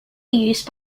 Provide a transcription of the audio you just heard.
use